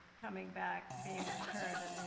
coming back, being returned and, you